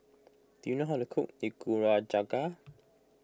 do you know how to cook